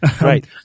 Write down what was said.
Right